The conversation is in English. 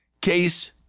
Case